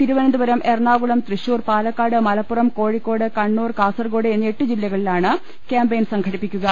തിരുവനന്തപുരം എറണാകുളം തൃശൂർ പാലക്കാട് മലപ്പുറം കോഴിക്കോട് കണ്ണൂർ കാസർകോഡ് എന്നീ എട്ടു ജില്ലകളിലാണ് ക്യാമ്പയിൻ സംഘടിപ്പിക്കുക